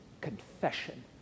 confession